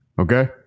okay